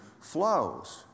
flows